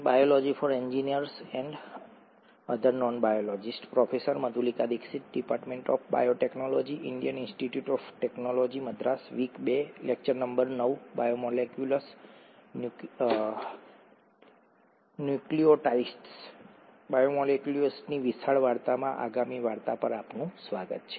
બાયોમોલેક્યુલ્સની વિશાળ વાર્તામાં આગામી વાર્તા પર આપનું સ્વાગત છે